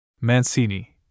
Mancini